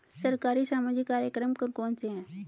सरकारी सामाजिक कार्यक्रम कौन कौन से हैं?